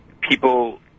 People